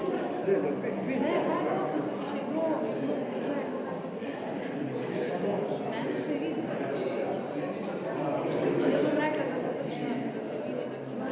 Hvala.